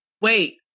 Wait